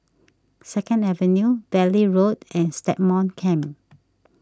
Second Avenue Valley Road and Stagmont Camp